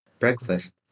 Breakfast